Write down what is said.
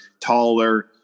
taller